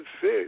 fish